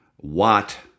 Watt